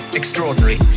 extraordinary